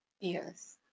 yes